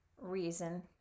reason